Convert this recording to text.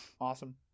Awesome